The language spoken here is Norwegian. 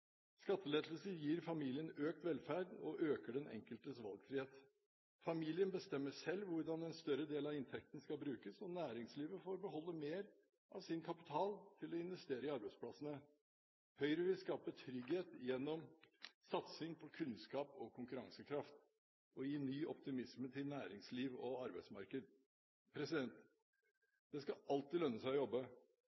Skattelettelser gir familien økt velferd og øker den enkeltes valgfrihet. Familien bestemmer selv hvordan en større del av inntekten skal brukes, og næringslivet får beholde mer av sin kapital til å investere i arbeidsplassene. Høyre vil skape trygghet gjennom satsing på kunnskap og konkurransekraft og gi ny optimisme til næringsliv og arbeidsmarked.